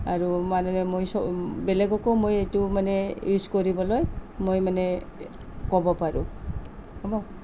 আৰু মানে মই চ বেলেগকো মই এইটো মানে ইউজ কৰিবলৈ মই মানে ক'ব পাৰোঁ হ'ব